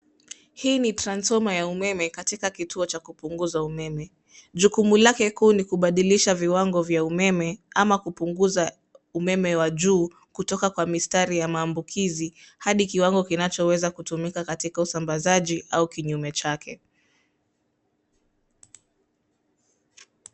Hii ni transfoma ya umeme katika kituo cha kupunguza umeme. Jukumu lake kuu ni kubadilisha viwango vya umeme ama kupunguza umeme wa juu kutoka kwa mistari ya maambukizi hadi kiwango kinachoweza kutumika katika usambazaji au kinyume chake.